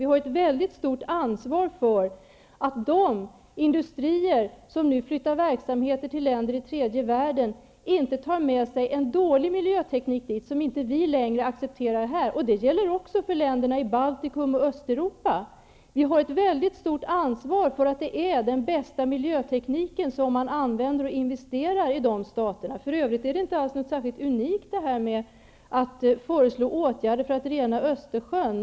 Vi har mycket stort ansvar för att de industrier som nu flyttar ut verksamheten till länder i tredje världen inte dit tar med sig en dålig miljöteknik som inte vi längre accepterar här. Det gäller också för länderna i Baltikum och Östeuropa. Vi har ett mycket stort ansvar för att man använder och investerar i den bästa miljötekniken i de staterna. För övrigt är det inte något särskilt unikt med att föreslå åtgärder för att rena Östersjön.